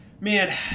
Man